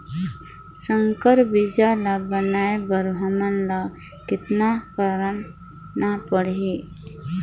संकर बीजा ल बनाय बर हमन ल कतना करना परही?